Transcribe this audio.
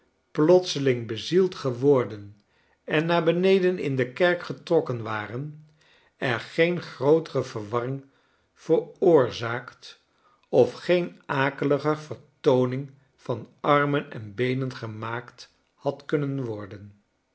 plotseling bezield geworden en naar beneden in de kerk getrokken waren er geen grootere verwarring veroorzaakt of geen akeliger vertooning van armen en beenen gemaakt had kunnen worden